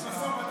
יש משא ומתן,